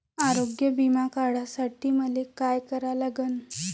आरोग्य बिमा काढासाठी मले काय करा लागन?